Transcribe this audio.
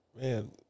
Man